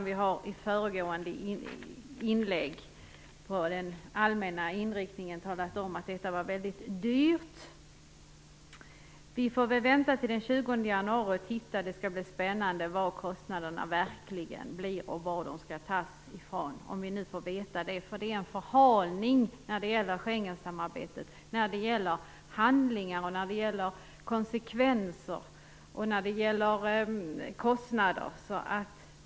Vi har i inlägget under föregående rubrik talat om att detta är väldigt dyrt. Vi får väl vänta till den 20 januari för att se. Det skall bli spännande att få veta vad kostnaderna verkligen kommer att bli och varifrån dessa pengar skall tas. Om vi nu får veta det då - det är nämligen fråga om en förhalning vad gäller handlingar, konsekvenser och kostnader av Schengensamarbetet.